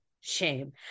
shame